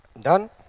Done